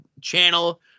channel